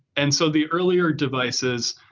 and so the earlier devices,